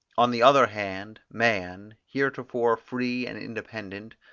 on the other hand, man, heretofore free and independent,